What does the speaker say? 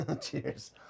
Cheers